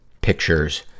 pictures